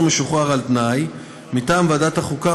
משוחרר על תנאי (תיקוני חקיקה) מטעם ועדת החוקה,